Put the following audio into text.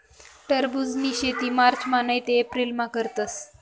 टरबुजनी शेती मार्चमा नैते एप्रिलमा करतस